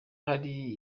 hari